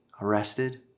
arrested